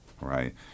right